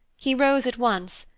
he rose at once,